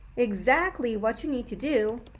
exactly what you need to do